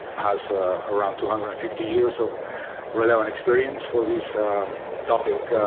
has around two hundred and fifty years of relevant experience for this topic.